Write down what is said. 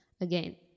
again